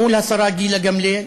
מול השרה גילה גמליאל,